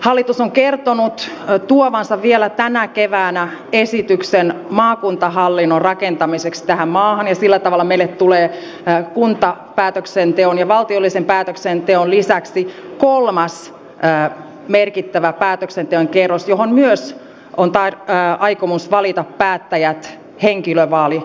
hallitus on kertonut tuovansa vielä tänä keväänä esityksen maakuntahallinnon rakentamisesta tähän maahan ja sillä tavalla meille tulee kuntapäätöksenteon ja valtiollisen päätöksenteon lisäksi kolmas merkittävä päätöksenteon kerros johon myös on aikomus valita päättäjät henkilövaalijärjestelmällä